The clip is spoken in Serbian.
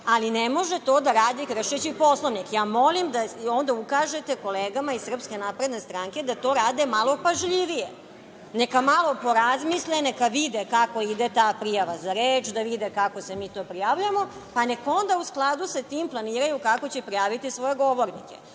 ali ne može to da radi kršeći Poslovnik. Molim da ukažete kolegama iz SNS da to rade malo pažljivije. Neka malo porazmisle, neka vide kako ide ta prijava za reč, neka vide kako se mi prijavljujemo, pa nek onda u skladu sa tim planiraju kako će prijaviti svoje govornike.